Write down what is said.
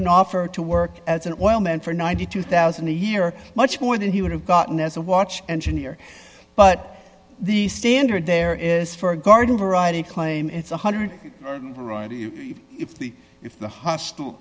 an offer to work as an oil man for ninety two thousand dollars a year much more than he would have gotten as a watch engineer but the standard there is for a garden variety claim it's one hundred dollars fifty if the hostile